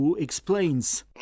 explains